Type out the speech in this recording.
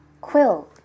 Quill